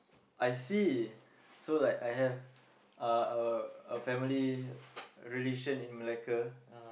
I see so like I have uh a a family relation in Malacca